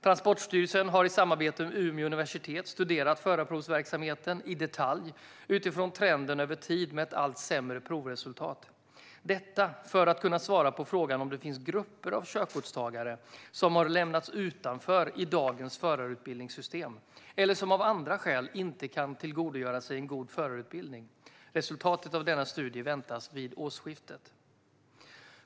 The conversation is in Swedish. Transportstyrelsen har i samarbete med Umeå universitet studerat förarprovsverksamheten i detalj utifrån trenden över tid med allt sämre provresultat - detta för att kunna svara på frågan om det finns grupper av körkortstagare som har lämnats utanför i dagens förarutbildningssystem eller som av andra skäl inte kan tillgodogöra sig en god förarutbildning. Resultatet av denna studie väntas vid årsskiftet.